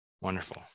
Wonderful